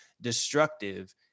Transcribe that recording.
destructive